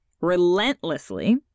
relentlessly